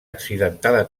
accidentada